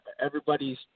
Everybody's